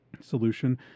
solution